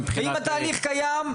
ואם התהליך קיים,